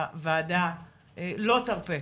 הוועדה לא תרפה,